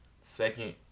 Second